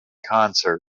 concert